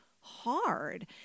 hard